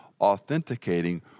authenticating